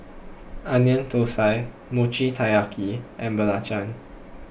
Onion Thosai Mochi Taiyaki and Belacan